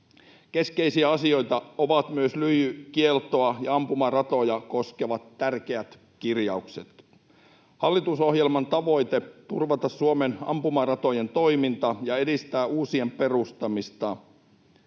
Keskeisiä asioita ovat myös lyijykieltoa ja ampumaratoja koskevat tärkeät kirjaukset. Hallitusohjelman tavoite on turvata Suomen ampumaratojen toiminta ja edistää uusien perustamista.